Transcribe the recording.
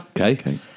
Okay